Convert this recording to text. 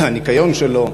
הניקיון שלו,